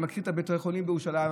אני מכיר את בתי החולים בירושלים,